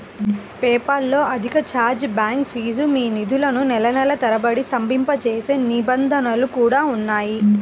PayPal లో అధిక chargeback fee, మీ నిధులను నెలల తరబడి స్తంభింపజేసే నిబంధనలు కూడా ఉన్నాయి